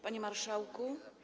Panie Marszałku!